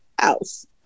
else